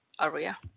area